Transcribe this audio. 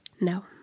no